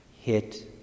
hit